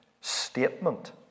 statement